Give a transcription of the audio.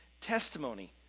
testimony